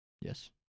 yes